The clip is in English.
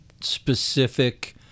specific